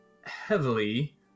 heavily